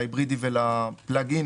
להיברידי ולפלאג אין,